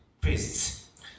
priests